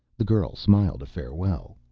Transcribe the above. the girl smiled a farewell.